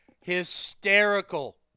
Hysterical